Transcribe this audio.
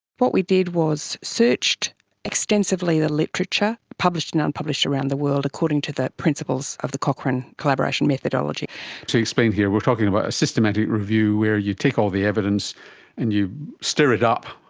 what we did was searched extensively the literature, published and unpublished, around the world according to the principles of the cochrane collaboration methodology. so to explain here, we are talking about a systematic review where you take all the evidence and you stir it up,